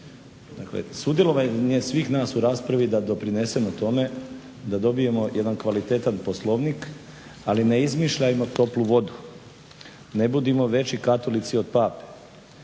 Dakle sudjelovanje svih nas u raspravi da doprinesemo tome da dobijemo jedan kvalitetan Poslovnik ali ne izmišljajmo toplu vodu, ne budimo veći katolici od Pape.